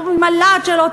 הוא עם הלהט שלו,